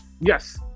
Yes